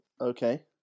okay